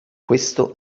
questo